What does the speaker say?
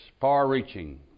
far-reaching